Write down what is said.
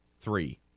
Three